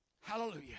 hallelujah